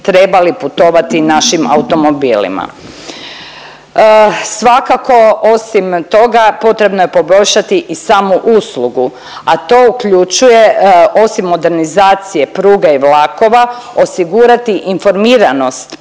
trebali putovati našim automobilima. Svakako osim toga potrebno je poboljšati i samu uslugu, a to uključuje osim modernizacije pruge i vlakova osigurati informiranost